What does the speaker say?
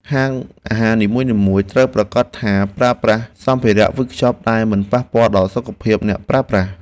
ហាងអាហារនីមួយៗត្រូវប្រាកដថាប្រើប្រាស់សម្ភារវេចខ្ចប់ដែលមិនប៉ះពាល់ដល់សុខភាពអ្នកប្រើប្រាស់។